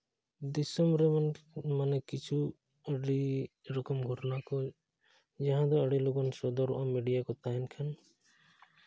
ᱫᱤᱥᱚᱢ ᱨᱮ ᱢᱟᱱᱮ ᱠᱤᱪᱷᱩ ᱟᱹᱰᱤ ᱨᱚᱠᱚᱢ ᱜᱷᱚᱴᱚᱱᱟ ᱠᱚ ᱡᱟᱦᱟᱸ ᱫᱚ ᱟᱹᱰᱤ ᱞᱚᱜᱚᱱ ᱥᱚᱫᱚᱨᱚᱜᱼᱟ ᱢᱤᱰᱤᱭᱟ ᱠᱚ ᱛᱟᱦᱮᱱ ᱠᱷᱟᱱ